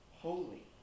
holy